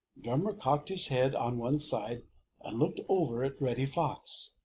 drummer cocked his head on one side and looked over at reddy fox.